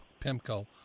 PIMCO